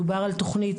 מדובר על תכנית,